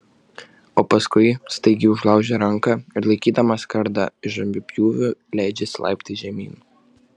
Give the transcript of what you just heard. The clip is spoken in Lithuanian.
o paskui staigiai užlaužia ranką ir laikydamas kardą įžambiu pjūviu leidžiasi laiptais žemyn